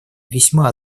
весьма